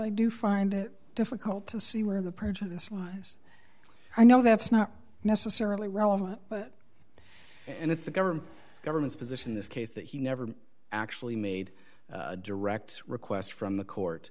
i do find it difficult to see where the prejudice was i know that's not necessarily relevant but and it's the government's government's position in this case that he never actually made a direct request from the court